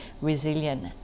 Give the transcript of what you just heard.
resilient